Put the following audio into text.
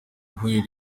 nk’uyu